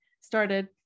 started